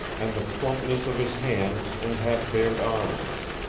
and the plumpness of his hands and half-bared arms.